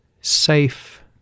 safe